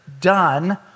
done